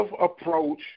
approach